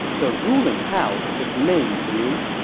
the ruling house is named liu.